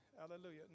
Hallelujah